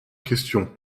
question